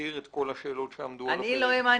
מכיר את כל השאלות שעמדו על הפרק -- אני